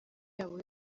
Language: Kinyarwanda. yabo